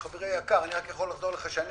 חברי היקר, אני יכול להגיד לך שאני